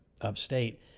upstate